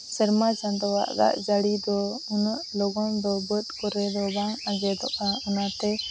ᱥᱮᱨᱢᱟ ᱪᱟᱸᱫᱳᱣᱟᱜ ᱫᱟᱜ ᱡᱟᱹᱲᱤ ᱫᱚ ᱩᱱᱟᱹᱜ ᱞᱚᱜᱚᱱ ᱫᱚ ᱵᱟᱹᱫᱽ ᱠᱚᱨᱮ ᱫᱚ ᱵᱟᱝ ᱟᱸᱡᱮᱫᱚᱜᱼᱟ ᱚᱱᱟᱛᱮ